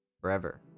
Forever